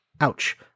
Ouch